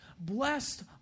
Blessed